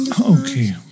Okay